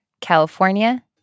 California